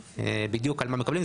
בדיוק על מה מקבלים.